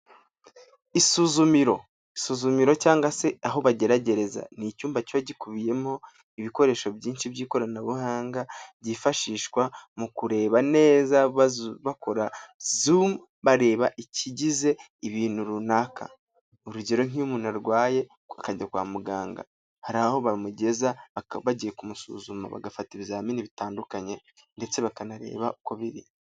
Isuzumiro, isuzumiro cyangwa se aho bageragereza ni icyumba kiba gikubiyemo ibikoresho byinshi by'ikoranabuhanga byifashishwa mu kureba neza bakora zumu bareba ikigize ibintu runaka, urugero nk'iyo umuntu arwaye akajya kwa muganga, hari aho bamugeza bagiye kumusuzuma bagafata ibizamini bitandukanye ndetse bakanareba uko biri.